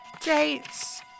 dates